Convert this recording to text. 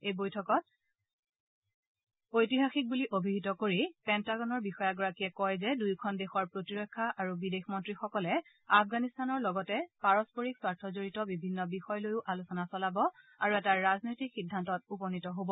এই বৈঠকক ঐতিহাসিক বুলি অভিহিত কৰি পেণ্টাগনৰ বিষয়াগৰাকীয়ে কয় যে দুয়োখন দেশৰ প্ৰতিৰক্ষা আৰু বিদেশ মন্ত্ৰীসকলে আফগানিস্তানৰ লগতে পাৰস্পৰিক স্বাৰ্থজড়িত বিভিন্ন বিষয় লৈও আলোচনা চলাব আৰু এটা ৰাজনৈতিক সিদ্ধান্তত উপনীত হব